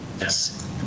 Yes